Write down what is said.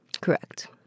Correct